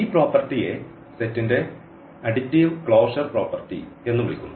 ഈ പ്രോപ്പർട്ടിയെ സെറ്റിന്റെ അഡിറ്റീവ് ക്ലോഷർ പ്രോപ്പർട്ടി എന്നു വിളിക്കുന്നു